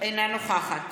אינה נוכחת